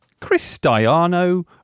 Cristiano